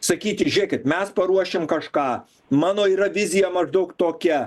sakyti žiekit mes paruošim kažką mano yra viziją maždaug tokia